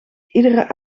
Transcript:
iedere